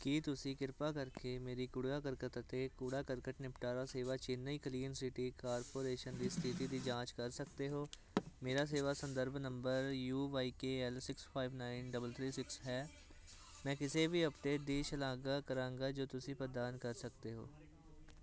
ਕੀ ਤੁਸੀਂ ਕਿਰਪਾ ਕਰਕੇ ਮੇਰੀ ਕੂੜਾ ਕਰਕਟ ਅਤੇ ਕੂੜਾ ਕਰਕਟ ਨਿਪਟਾਰਾ ਸੇਵਾ ਚੇਨਈ ਕਲੀਨ ਸਿਟੀ ਕਾਰਪੋਰੇਸ਼ਨ ਦੀ ਸਥਿਤੀ ਦੀ ਜਾਂਚ ਕਰ ਸਕਦੇ ਹੋ ਮੇਰਾ ਸੇਵਾ ਸੰਦਰਭ number U Y K L six five nine double three six ਹੈ ਮੈਂ ਕਿਸੇ ਵੀ ਅਪਡੇਟ ਦੀ ਸ਼ਲਾਘਾ ਕਰਾਂਗਾ ਜੋ ਤੁਸੀਂ ਪ੍ਰਦਾਨ ਕਰ ਸਕਦੇ ਹੋ